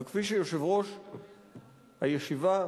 וכפי שיושב-ראש הישיבה,